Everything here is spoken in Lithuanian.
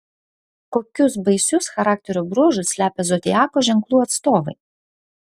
kokius baisius charakterio bruožus slepia zodiako ženklų atstovai